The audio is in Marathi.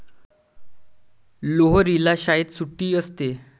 लोहरीला शाळेत सुट्टी असते